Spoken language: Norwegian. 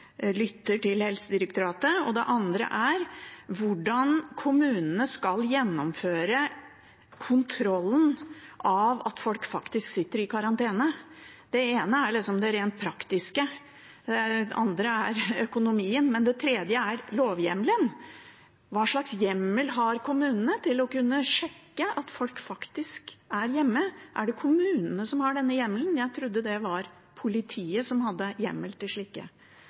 lytter til Helsedirektoratet, og det andre er hvordan kommunene skal gjennomføre kontrollen med at folk faktisk sitter i karantene. Det ene er det rent praktiske, det andre er økonomien, mens det tredje er lovhjemmelen. Hvilken hjemmel har kommunene til å kunne sjekke at folk faktisk er hjemme? Er det kommunene som har denne hjemmelen? Jeg trodde det var politiet som hadde hjemmel til slike